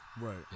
Right